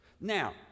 Now